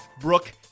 Brooke